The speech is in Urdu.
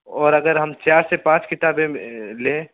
اور اگر ہم چار سے پانچ کتابیں لیں